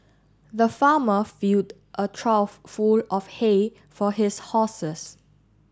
the farmer filled a trough full of hay for his horses